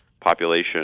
population